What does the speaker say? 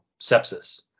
sepsis